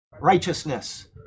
righteousness